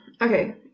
Okay